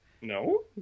No